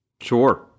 Sure